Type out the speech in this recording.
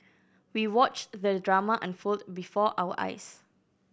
we watched the drama unfold before our eyes